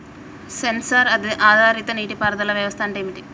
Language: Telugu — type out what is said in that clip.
సెన్సార్ ఆధారిత నీటి పారుదల వ్యవస్థ అంటే ఏమిటి?